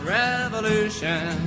revolution